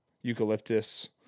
Eucalyptus